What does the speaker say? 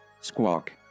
Squawk